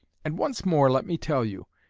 and once more let me tell you,